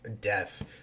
death –